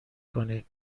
کنین